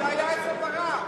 זה היה אצל ברק.